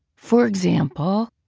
for example,